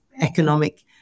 economic